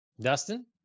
dustin